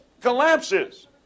collapses